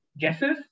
Guesses